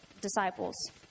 disciples